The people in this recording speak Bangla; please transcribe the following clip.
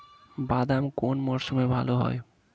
বাদাম কোন মরশুমে ভাল হয়?